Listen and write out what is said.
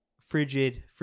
frigid